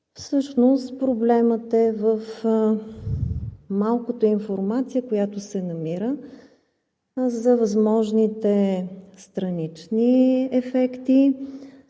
Всъщност проблемът е в малкото информация, която се намира, за възможните странични ефекти